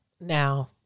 Now